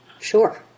sure